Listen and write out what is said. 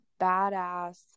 badass